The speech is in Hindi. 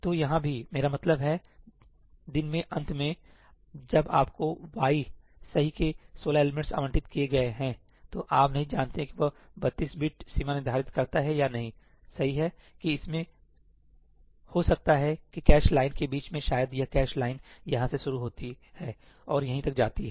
तो यहाँ भी मेरा मतलब है दिन के अंत में जब आपको y सही के 16 एलिमेंट्स आवंटित किए गए हैं तो आप नहीं जानते कि वह 32 बिट सीमा निर्धारित करता है या नहीं सही है कि इसमें हो सकता है कैशे लाइन के बीच में शायद यह कैशे लाइन यहां से शुरू होती है और यहीं तक जाती है